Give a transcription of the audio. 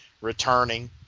returning